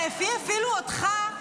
זה הביא אפילו אותך,